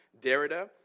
Derrida